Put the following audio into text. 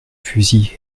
fusils